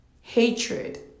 hatred